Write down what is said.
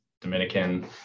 dominican